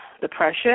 depression